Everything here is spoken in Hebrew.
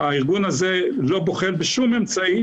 הארגון הזה לא בוחל בשום אמצעי,